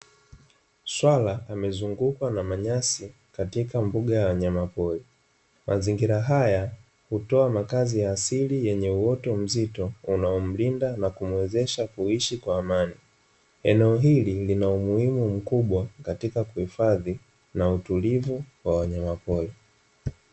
Swala amezungukwa na manyasi katika mbuga ya wanyama pori, mazingira haya hutoa makazi ya asili yenye uoto mzito unaomlinda na kumuwezesha kuishi kwa amani, eneo hili lina umuhimu mkubwa katika kuhifadhi na utulivu wa wanyama pori.